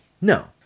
No